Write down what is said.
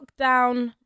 lockdown